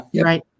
Right